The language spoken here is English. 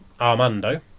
Armando